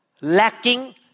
lacking